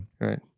right